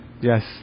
Yes